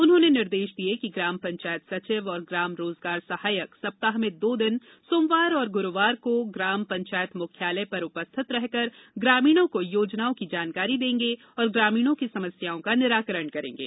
उन्होंने निर्देश दिए कि ग्राम पंचायत सचिव व ग्राम रोजगार सहायक सप्ताह में दो दिवस सोमवार और गुरूवार को ग्राम पंचायत मुख्यालय पर उपस्थित रहकर ग्रामीणों को योजनाओं की जानकारी देंगे और ग्रामीणों की समस्याओं का निराकरण करेंगे